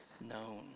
known